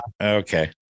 okay